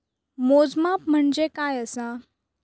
मोजमाप म्हणजे काय असा?